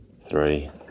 three